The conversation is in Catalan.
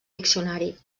diccionari